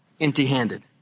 empty-handed